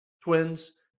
twins